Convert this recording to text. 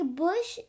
bush